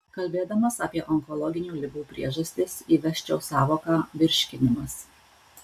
kalbėdamas apie onkologinių ligų priežastis įvesčiau sąvoką virškinimas